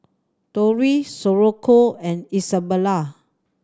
Tori Socorro and Isabelle